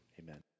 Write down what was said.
amen